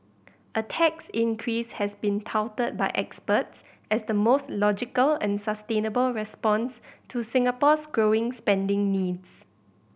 a tax increase has been touted by experts as the most logical and sustainable response to Singapore's growing spending needs